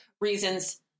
reasons